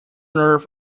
earth